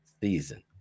season